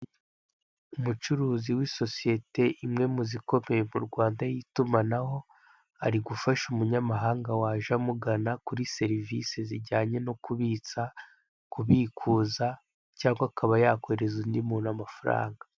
Umucuruzi w'isosiyete imwe muzikomeye mu Rwanda y'itumanaho, ari gufasha umunyamahanga waje amugana kuri serivise zijyanye no kubitsa, kubikuza cyangwa akaba yakohereza undi muntu amafaranaga.